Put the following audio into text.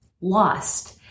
lost